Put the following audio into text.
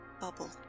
bubble